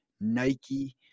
Nike